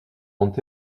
ont